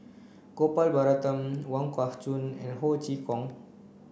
Gopal Baratham Wong Kah Chun and Ho Chee Kong